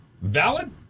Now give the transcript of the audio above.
Valid